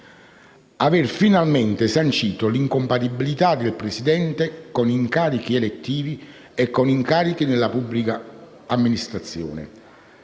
aver finalmente sancito l'incompatibilità del presidente con incarichi elettivi e con incarichi nella pubblica amministrazione